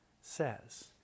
says